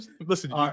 Listen